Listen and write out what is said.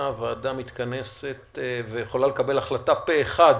הוועדה מתכנסת ויכולה לקבל החלטה פה אחד,